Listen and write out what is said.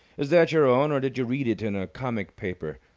is that your own or did you read it in a comic paper?